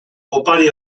opari